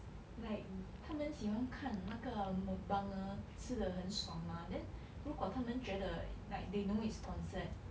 like 他们喜欢看那个 mukbanger 吃得很爽 mah then 如果他们觉得 like they know it's sponsored